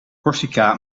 corsica